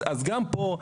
אז גם פה,